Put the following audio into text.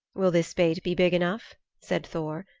will this bait be big enough? said thor,